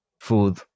food